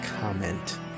comment